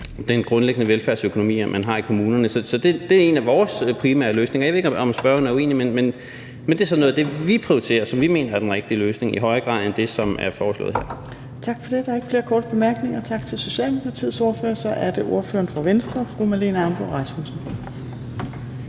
den grundlæggende velfærdsøkonomi, man har i kommunerne. Så det er en af vores primære løsninger. Jeg ved ikke, om spørgeren er uenig, men det er sådan noget af det, som vi prioriterer, og som vi mener er den rigtige løsning, i højere grad end det, som er foreslået her. Kl. 17:29 Fjerde næstformand (Trine Torp): Tak for det. Der er ikke flere korte bemærkninger. Tak til Socialdemokratiets ordfører. Så er det ordføreren for Venstre, fru Marlene Ambo-Rasmussen.